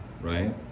right